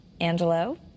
Angelo